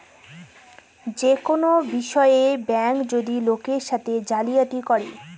যে কোনো বিষয়ে ব্যাঙ্ক যদি লোকের সাথে জালিয়াতি করে